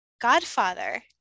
godfather